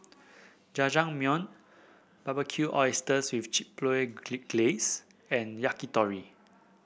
Jajangmyeon Barbecued Oysters with Chipotle Glaze and Yakitori